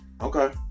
Okay